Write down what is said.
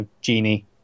Genie